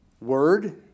word